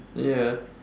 yeah